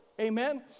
Amen